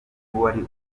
wari